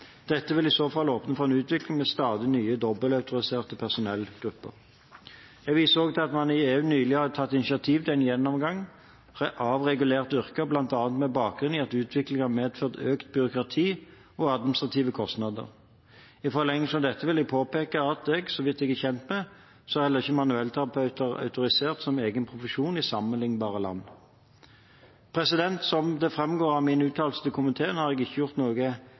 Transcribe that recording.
Dette vil i så fall åpne for en utvikling med stadig nye dobbeltautoriserte personellgrupper. Jeg viser til at man i EU nylig har tatt initiativ til en gjennomgang av regulerte yrker, bl.a. med bakgrunn i at utviklingen har medført økt byråkrati og administrative kostnader. I forlengelsen av dette vil jeg påpeke at etter det jeg er kjent med, er heller ikke manuellterapeuter autorisert som egen profesjon i sammenliknbare land. Som det framgår av min uttalelse til komiteen, har jeg ikke gjort